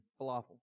falafel